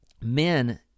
men